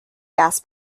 gas